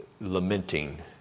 lamenting